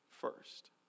first